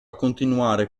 continuare